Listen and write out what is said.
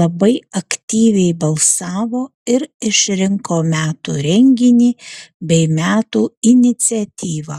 labai aktyviai balsavo ir išrinko metų renginį bei metų iniciatyvą